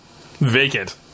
Vacant